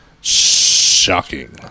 Shocking